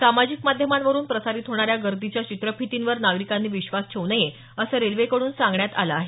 सामाजिक माध्यमांवरून प्रसारित होणाऱ्या गर्दीच्या चित्रफितींवर नागरिकांनी विश्वास ठेवू नये असं रेल्वेकडून सांगण्यात आलं आहे